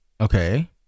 Okay